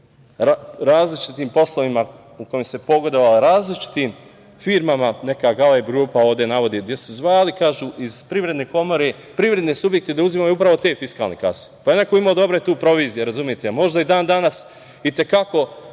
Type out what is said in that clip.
različitim poslovima u kojima se pogodovalo različitim firmama, neka Galeb grupa ovde se navodi, gde su zvali, kažu, iz Privredne komore privredne subjekte da uzimaju upravo te fiskalne kase. Pa, neko je imao dobre tu provizije, razumete. Možda i dan danas i te kako